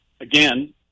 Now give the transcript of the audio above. again